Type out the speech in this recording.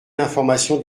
l’information